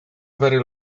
very